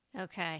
Okay